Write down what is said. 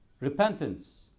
repentance